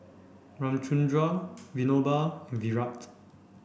Ramchundra Vinoba and Virat